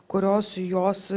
kurios jos